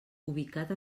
ubicat